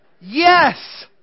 Yes